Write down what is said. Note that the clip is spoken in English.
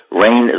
rain